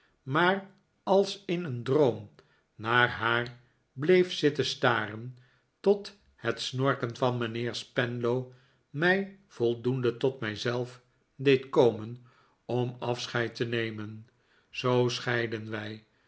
maar als in een droom naar haar bleef zitten staren tot het snorken van mijnheer spenlow mij voldoende tot mijzelf deed komen om afscheid te nemen zoo scheidden wij